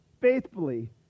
faithfully